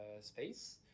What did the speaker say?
space